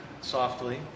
softly